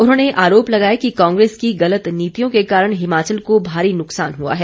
उन्होंने आरोप लगाया कि कांग्रेस की गलत नीतियों के कारण हिमाचल को भारी नुकसान हुआ है